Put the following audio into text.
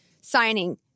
signing